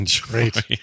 Great